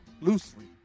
loosely